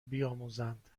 بیاموزند